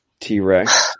T-Rex